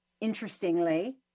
Interestingly